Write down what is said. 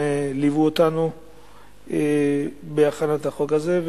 שליוו אותנו בהכנת החוק הזה.